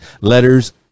letters